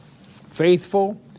faithful